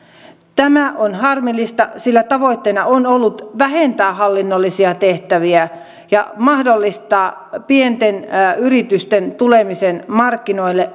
tämä on harmillista sillä tavoitteena on ollut vähentää hallinnollisia tehtäviä ja mahdollistaa pienten yritysten tuleminen markkinoille